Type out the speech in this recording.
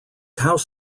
house